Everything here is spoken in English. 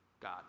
god